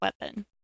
weapon